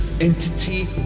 entity